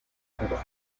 cuba